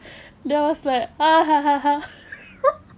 then I was like ah